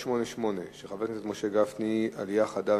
חבר הכנסת משה גפני שאל את